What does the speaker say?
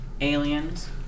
Aliens